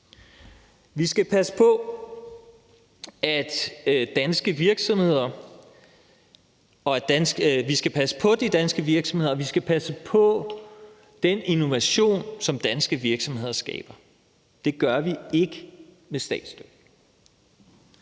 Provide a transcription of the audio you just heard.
Vi skal passe på de danske virksomheder, og vi skal passe på den innovation, som danske virksomheder skaber. Det gør vi ikke med statsstøtte.